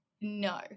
no